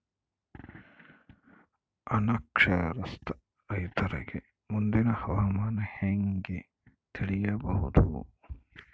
ಅನಕ್ಷರಸ್ಥ ರೈತರಿಗೆ ಮುಂದಿನ ಹವಾಮಾನ ಹೆಂಗೆ ತಿಳಿಯಬಹುದು?